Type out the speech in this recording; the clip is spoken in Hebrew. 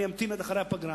אני אמתין עד אחרי הפגרה